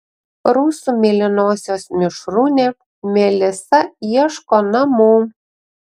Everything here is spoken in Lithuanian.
rusų mėlynosios mišrūnė melisa ieško namų